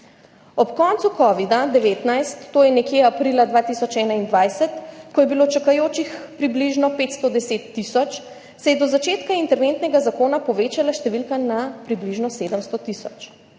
Ob koncu covida-19, to je nekje aprila 2021, ko je bilo čakajočih približno 510 tisoč, se je do začetka interventnega zakona povečala številka na približno 700 tisoč.